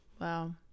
wow